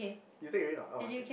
you take already or not orh I take